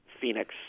Phoenix